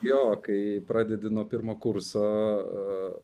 jo kai pradedi nuo pirmo kurso